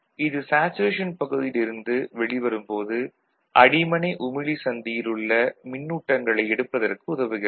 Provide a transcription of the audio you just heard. இது சேச்சுரேஷன் பகுதியில் இருந்து வெளிவரும்போது அடிமனை உமிழி சந்தியில் உள்ள மின்னூட்டங்களை எடுப்பதற்கு உதவுகிறது